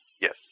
Yes